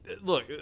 look